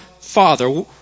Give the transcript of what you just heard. Father